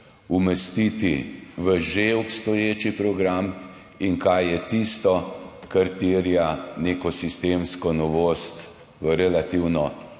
umestiti v že obstoječi program in kaj je tisto, kar terja neko sistemsko novost v relativno